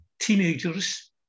teenagers